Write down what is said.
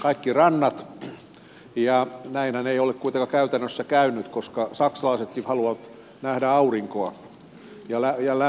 näinhän ei ole kuitenkaan käytännössä käynyt koska saksalaisetkin haluavat nähdä aurinkoa ja lämpimiä ilmoja